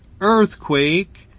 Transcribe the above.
earthquake